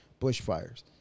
bushfires